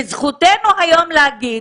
וזכותנו היום להגיד